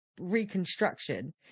reconstruction